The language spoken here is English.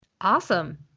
Awesome